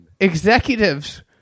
Executives